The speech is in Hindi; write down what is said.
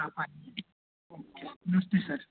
आप आइए नमस्ते सर